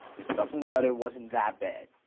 the stuff in the letter wasn't that bad.